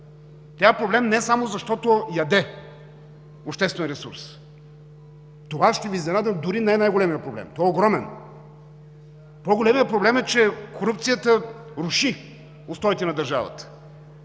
Тя е проблем, не само защото яде обществен ресурс. Това, ще Ви изненадам, дори не е най-големият проблем, той е огромен. По-големият проблем е, че корупцията руши устоите на държавата